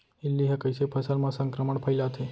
इल्ली ह कइसे फसल म संक्रमण फइलाथे?